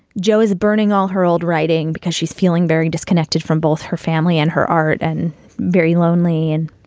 joe is burning all her old writing because she's feeling very disconnected from both her family and her art and very lonely and